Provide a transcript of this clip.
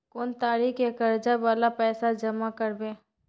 कोन तारीख के कर्जा वाला पैसा जमा करबे?